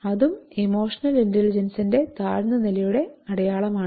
അതും ഇമോഷണൽ ഇന്റലിജൻസിന്റെ താഴ്ന്ന നിലയുടെ അടയാളമാണ്